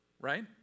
right